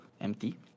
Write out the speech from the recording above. empty